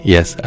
Yes